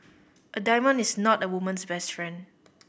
a diamond is not a woman's best friend